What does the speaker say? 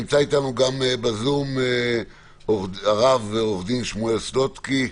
נמצא אתנו בזום גם הרב עו"ד שמואל סלוטקי,